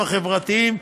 החברתיים.